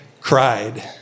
cried